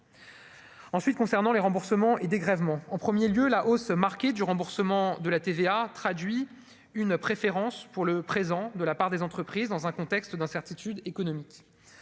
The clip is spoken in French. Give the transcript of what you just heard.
ensuite concernant les remboursements et dégrèvements en 1er lieu la hausse marquée du remboursement de la TVA traduit une préférence pour le présent de la part des entreprises dans un contexte d'incertitude économique